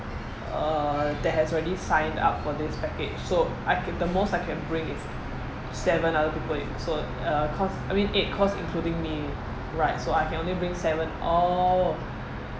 uh that has already signed up for this package so I ca~ the most I can bring is seven other people uh so uh cause I mean eight cause including me right so I can only bring seven oh